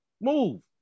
Move